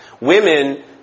Women